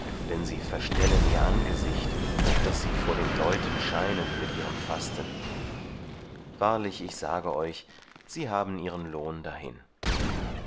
denn sie verstellen ihr angesicht auf daß sie vor den leuten scheinen mit ihrem fasten wahrlich ich sage euch sie haben ihren lohn dahin